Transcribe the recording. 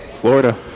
Florida